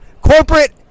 corporate